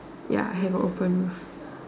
ya have a open roof